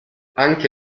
anche